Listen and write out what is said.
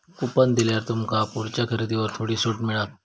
coupon दिल्यार तुमका पुढच्या खरेदीवर थोडी सूट मिळात